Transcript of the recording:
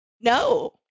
no